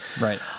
Right